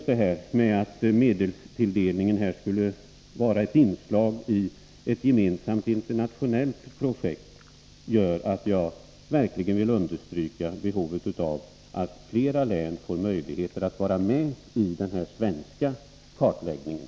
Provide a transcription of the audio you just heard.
Detta att medelstilldelningen skulle vara ett inslag i ett gemensamt internationellt projekt gör att jag vill understryka behovet av att flera län får möjligheter att vara med i den svenska kartläggningen.